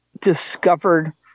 discovered